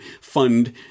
fund